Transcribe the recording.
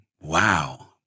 Wow